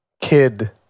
Kid